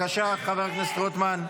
התשפ"ד 2024, של חבר הכנסת יבגני סובה.